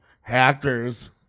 hackers